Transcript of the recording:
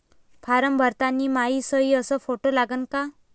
Form भरताना मायी सयी अस फोटो लागन का?